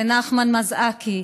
ונחמן מזעקי,